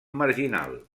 marginal